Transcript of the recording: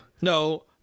No